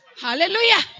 Hallelujah